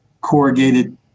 corrugated